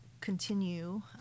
continue